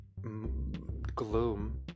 gloom